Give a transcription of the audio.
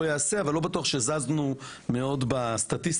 ייעשה אבל לא בטוח שזזנו מאוד בסטטיסטיקה,